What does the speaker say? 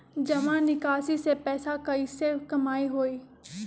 जमा निकासी से पैसा कईसे कमाई होई?